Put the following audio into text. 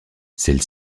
celles